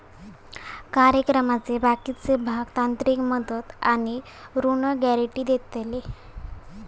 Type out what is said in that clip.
कार्यक्रमाचे बाकीचे भाग तांत्रिक मदत आणि ऋण गॅरेंटी देतले